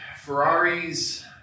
Ferraris